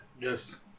Yes